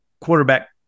quarterback